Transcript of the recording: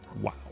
Wow